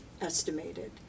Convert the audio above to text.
estimated